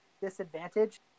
disadvantage